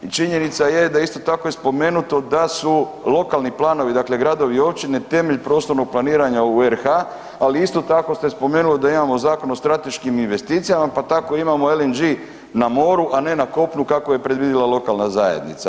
I činjenica je da je isto tako i spomenuto da su lokalni planovi, dakle gradovi i općine temelj prostornog planiranja u RH, ali isto tako ste spomenuli da imamo Zakon o strateškim investicijama pa tako imamo LNG na moru, a ne na kopnu kako je predvidjela lokalna zajednica.